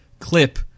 clip